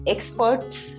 Experts